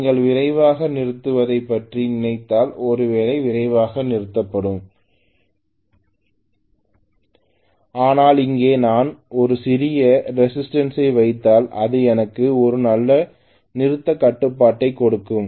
நீங்கள் விரைவாக நிறுத்துவதைப் பற்றி நினைத்தால் ஒருவேளை விரைவாக நிறுத்தப்படும் ஆனால் இங்கே நான் ஒரு சிறிய ரேசிஸ்டன்ஸ் வைத்தால் அது எனக்கு ஒரு நல்ல நிறுத்தக் கட்டுப்பாட்டைக் கொடுக்கும்